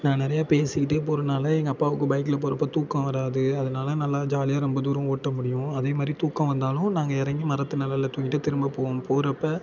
நான் நிறையா பேசிக்கிட்டே போகிறதுனால எங்கள் அப்பாவுக்கு பைக்கில் போகிறப்ப தூக்கம் வராது அதனால நல்லா ஜாலியாக ரொம்ப தூரம் ஓட்டமுடியும் அதேமாதிரி தூக்கம் வந்தாலும் நாங்கள் இறங்கி மரத்து நெழல்ல தூங்கிட்டு திரும்ப போகிறப்ப